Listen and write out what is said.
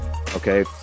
okay